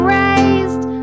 raised